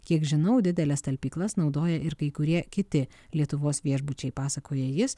kiek žinau dideles talpyklas naudoja ir kai kurie kiti lietuvos viešbučiai pasakoja jis